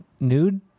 nude